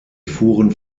fuhren